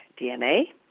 DNA